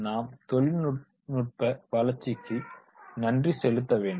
நாம் தொழில்நுட்ப வளர்ச்சிக்கு நன்றி செலுத்த வேண்டும்